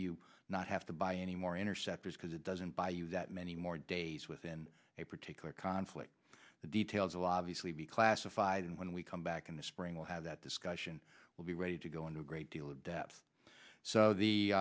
do you not have to buy any more interceptors because it doesn't buy you that many more days within a particular conflict the details a lot of easily be classified and when we come back in the spring we'll have that discussion we'll be ready to go into a great deal of depth so the